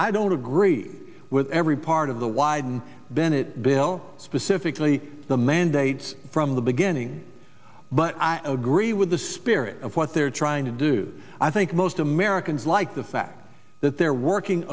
i don't agree with every part of the wyden bennett bill specifically the mandates from the beginning but i agree with the spirit of what they're trying to do i think most americans like the fact that they're working